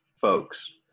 folks